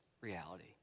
reality